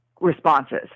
responses